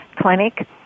Clinic